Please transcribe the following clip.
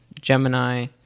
Gemini